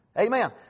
Amen